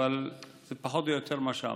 אבל זה פחות או יותר מה שאמרתי.